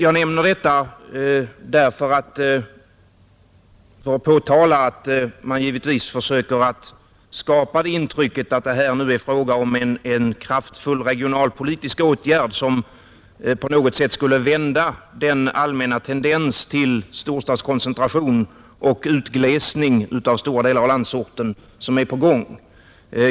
Jag nämner detta för att påtala att man givetvis försöker skapa intrycket att vad det nu gäller är en kraftfull regionalpolitisk åtgärd, som på något sätt skulle vända den allmänna tendens till storstadskoncentration och utglesning av stora delar av landsorten som pågår.